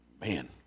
Man